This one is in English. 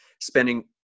spending